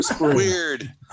Weird